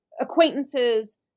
acquaintances